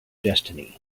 destiny